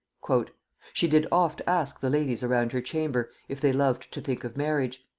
she did oft ask the ladies around her chamber, if they loved to think of marriage?